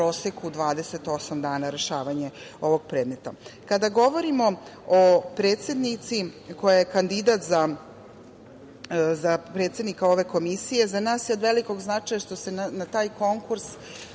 28 dana rešavanje predmeta. Kada govorimo o predsednici koja je kandidat za predsednika Komisije, za nas je od velikog značaja što se na taj konkurs